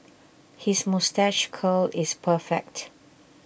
his moustache curl is perfect